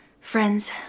Friends